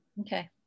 Okay